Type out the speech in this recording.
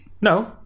No